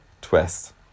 twist